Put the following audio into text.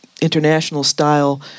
international-style